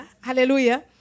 hallelujah